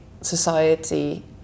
society